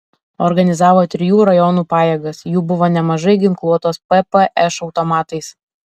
organizavo trijų rajonų pajėgas jų buvo nemažai ginkluotos ppš automatais